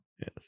Yes